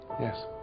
Yes